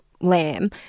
lamb